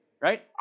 right